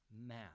math